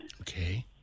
Okay